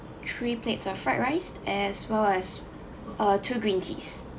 three plates of fried rice as well as uh two green teas